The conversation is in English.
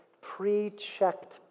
pre-checked